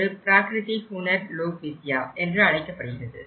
அது ப்ராக்ரித்தி ஹூணர் லோக் வித்யா என்று அழைக்கப்படுகிறது